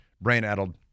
brain-addled